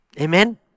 Amen